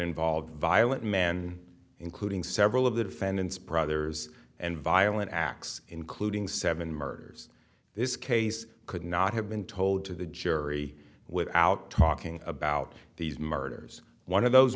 involved violent men including several of the defendants brothers and violent acts including seven murders this case could not have been told to the jury without talking about these murders one of those